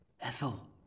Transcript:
Ethel